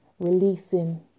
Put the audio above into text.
Releasing